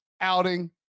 outing